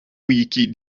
wiki